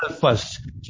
first